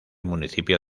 municipio